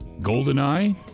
Goldeneye